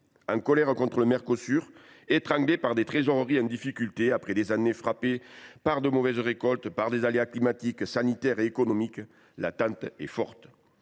En colère contre le Mercosur, étranglés par des trésoreries exsangues après des années frappées par de mauvaises récoltes et des aléas climatiques, sanitaires et économiques, leurs attentes sont fortes.